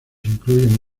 incluyen